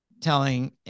telling